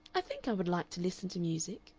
i think i would like to listen to music.